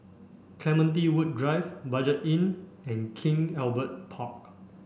Clementi Woods Drive Budget Inn and King Albert Park